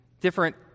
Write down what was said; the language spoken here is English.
different